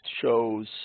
shows